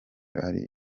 bari